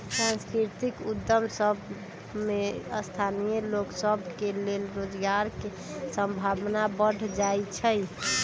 सांस्कृतिक उद्यम सभ में स्थानीय लोग सभ के लेल रोजगार के संभावना बढ़ जाइ छइ